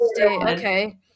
okay